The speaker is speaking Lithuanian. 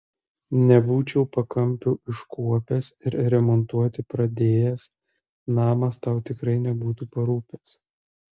nebūčiau pakampių iškuopęs ir remontuoti pradėjęs namas tau tikrai nebūtų parūpęs